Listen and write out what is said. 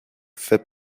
fait